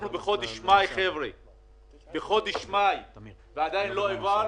אנחנו בחודש מאי, חבר'ה, ועדיין לא הועבר